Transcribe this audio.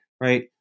right